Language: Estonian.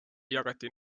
jagati